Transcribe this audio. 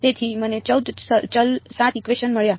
તેથી મને 14 ચલ 7 ઇકવેશન મળ્યા